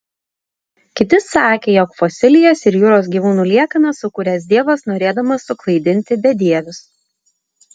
kiti sakė jog fosilijas ir jūros gyvūnų liekanas sukūręs dievas norėdamas suklaidinti bedievius